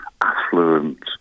affluent